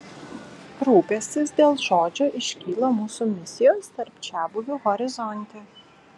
rūpestis dėl žodžio iškyla mūsų misijos tarp čiabuvių horizonte